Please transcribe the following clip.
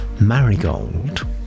Marigold